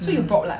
mm